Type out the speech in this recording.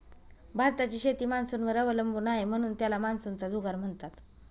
भारताची शेती मान्सूनवर अवलंबून आहे, म्हणून त्याला मान्सूनचा जुगार म्हणतात